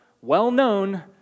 well-known